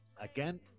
again